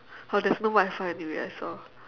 oh there's no wi-fi anyway I saw